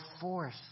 force